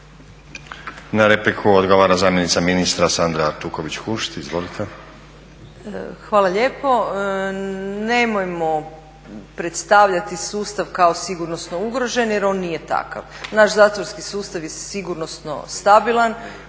Na repliku odgovara zamjenica ministra Sandra Artuković-Kunšt. Izvolite. **Artuković Kunšt, Sandra** Hvala lijepo. Nemojmo predstavljati sustav kao sigurnosno ugrožen jer on nije takav. Naš zatvorski sustav je sigurnosno stabilan